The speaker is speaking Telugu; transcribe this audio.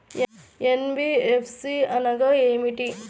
ఎన్.బీ.ఎఫ్.సి అనగా ఏమిటీ?